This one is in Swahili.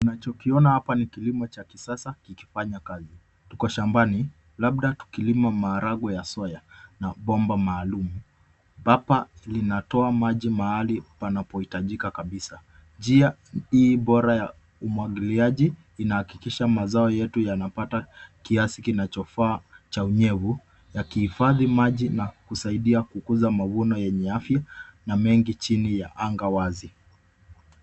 Unachokiona hapa ni kilimo cha kisasa kikifanya kazi. Tuko shambani, labda tukilima maharagwe ya soya na bomba maalum. Bapa linatoa maji mahali panapohitajika kabisa. Njia hii bora ya umwagiliaji inahakikisha mazao yetu yanapata kiasi kinachofaa cha unyevu, yakihifadhi maji na kusaidia kukuza mavuno yenye afya na mengi chini ya anga wazi.